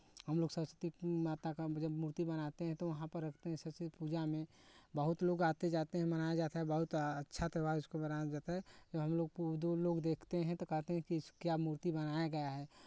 हमलोग सरस्वती माता का जब मूर्ती बनाते हैं तो वहां पर रखते हैं सरस्वती पूजा में बहुत लोग आते जाते हैं मनाया जाता है बहुत अच्छा त्योहार जिसको बनाया जाता है जब हमलोग को दो लोग देखते हैं तो कहते हैं कि क्या मूर्ती बनाया गया है